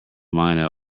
mina